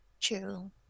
True